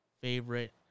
favorite